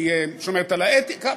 היא שומרת על האתיקה.